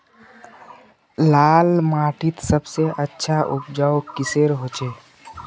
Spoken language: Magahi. लाल माटित सबसे अच्छा उपजाऊ किसेर होचए?